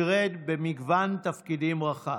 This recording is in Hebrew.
במגוון תפקידים רחב.